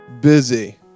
Busy